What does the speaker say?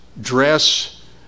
dress